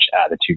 attitude